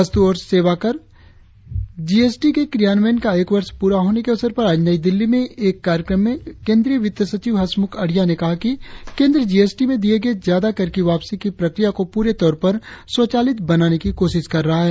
वस्तु और सेवाकर जीएसटी के क्रियान्वयन का एक वर्ष प्ररा होने के अवसर पर आज नई दिल्ली में एक कार्यक्रम में केंद्रीय वित्त सचिव हसमुख अढ़िया ने कहा कि केंद्र जीएसटी में दिये गये ज्यादा कर की वापसी की प्रक्रिया को पूरे तौर पर स्वचालित बनाने की कोशिश कर रहा है